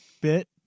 bit